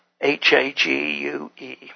H-A-G-U-E